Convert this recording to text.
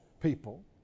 people